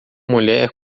mulher